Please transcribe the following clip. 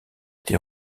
été